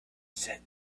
said